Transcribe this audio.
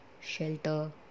shelter